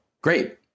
Great